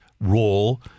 role